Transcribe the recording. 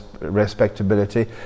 respectability